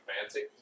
fancy